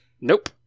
Nope